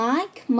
Mike